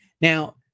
Now